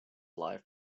live